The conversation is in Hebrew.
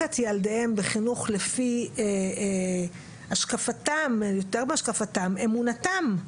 את ילדיהם בחינוך לפי השקפתם ואמונתם,